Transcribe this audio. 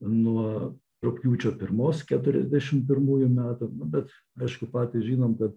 nuo rugpjūčio pirmos keturiasdešim pirmųjų metų nu bet aišku patys žinom kad